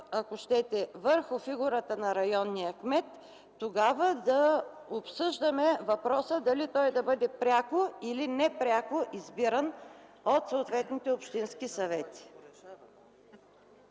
ако щете, върху фигурата на районния кмет, тогава да обсъждаме въпроса: дали той да бъде пряко или непряко избиран от съответните общински съвети.